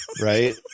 Right